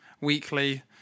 weekly